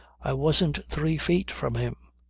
i wasn't three feet from him.